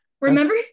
Remember